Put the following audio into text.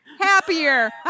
happier